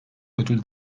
ödül